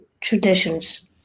traditions